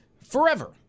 Forever